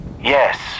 Yes